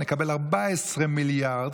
נקבל 14 מיליארד,